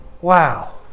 wow